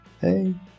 Hey